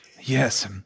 Yes